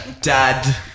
dad